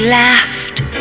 laughed